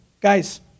Guys